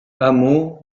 hameau